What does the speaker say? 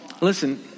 Listen